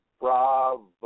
bravo